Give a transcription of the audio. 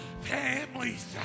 families